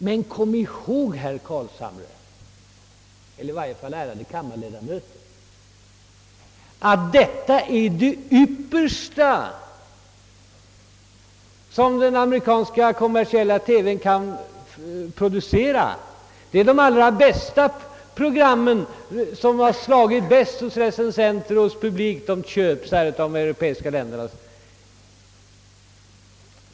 Men kom ihåg, herr Carlshamre, eller i varje fall ärade kammarledamöter, att detta är det yppersta som den amerikanska kommersiella televisionen kan producera. Det är de program som har slagit allra bäst hos recensenter och publik vilka köps av de europeiska ländernas TV-bolag.